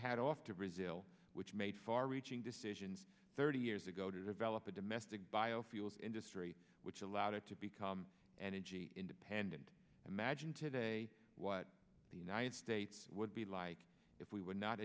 hat off to resilin which made far reaching decisions thirty years ago to develop a domestic biofuels industry which allowed it to become energy independent imagine today what the united states would be like if we w